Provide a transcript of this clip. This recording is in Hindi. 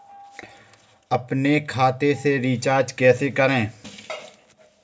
अपने खाते से रिचार्ज कैसे करें?